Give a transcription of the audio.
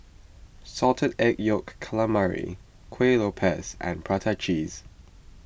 Salted Egg Yolk Calamari Kueh Lopes and Prata Cheese